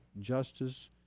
justice